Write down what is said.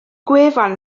gwefan